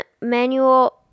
manual